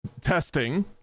testing